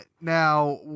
Now